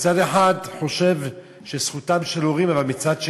מצד אחד, חושב שזכותם של הורים, אבל מצד שני,